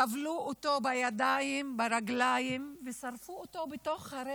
כבלו אותו בידיים, ברגליים, ושרפו אותו בתוך הרכב.